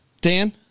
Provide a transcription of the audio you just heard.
Dan